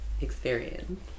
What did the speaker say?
experience